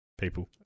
people